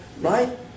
right